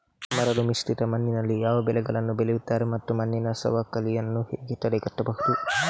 ಮರಳುಮಿಶ್ರಿತ ಮಣ್ಣಿನಲ್ಲಿ ಯಾವ ಬೆಳೆಗಳನ್ನು ಬೆಳೆಯುತ್ತಾರೆ ಮತ್ತು ಮಣ್ಣಿನ ಸವಕಳಿಯನ್ನು ಹೇಗೆ ತಡೆಗಟ್ಟಬಹುದು?